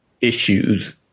issues